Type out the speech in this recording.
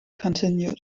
continued